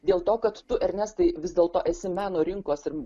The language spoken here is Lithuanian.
dėl to kad tu ernestai vis dėlto esi meno rinkos ir